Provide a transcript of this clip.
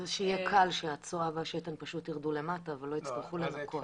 כדי שיהיה קל והצואה והשתן פשוט ירדו למטה ולא יצטרכו לנקות.